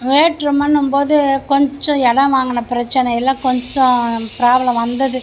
வேற்றுமைன்னும் போது கொஞ்சம் இடம் வாங்கின பிரச்சினைல கொஞ்சம் ப்ராப்ளம் வந்தது